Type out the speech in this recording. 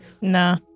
Nah